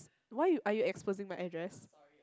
why you are you exposing my address